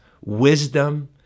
wisdom